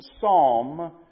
psalm